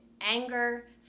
anger